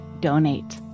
donate